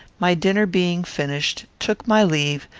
my dinner being finished, took my leave,